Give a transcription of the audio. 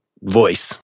voice